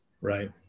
Right